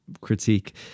critique